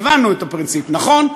הבנו את הפרינציפ, נכון?